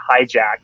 hijacked